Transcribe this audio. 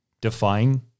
defying